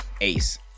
ace